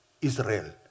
Israel